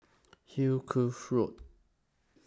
Hill Curve Road